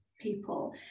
people